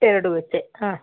ಎರಡು ಗುಚ್ಚೆ ಹಾಂ